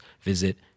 visit